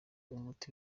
umuti